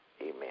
amen